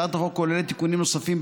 הצעת החוק כוללת תיקונים נוספים,